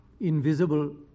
invisible